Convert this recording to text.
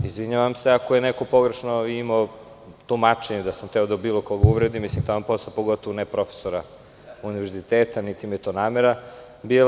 Izvinjavam se ako je neko pogrešno imao tumačenje, da sam hteo bilo koga da uvredim, taman posla, pogotovo ne profesora univerziteta, niti mi je to namera bila.